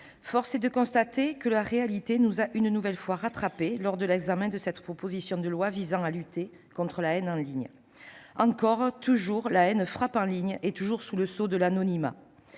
force est de le constater, la réalité nous a une nouvelle fois rattrapés lors de l'examen de cette proposition de loi visant à lutter contre la haine en ligne. Encore, la haine frappe en ligne et toujours sous le sceau de l'anonymat.